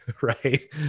Right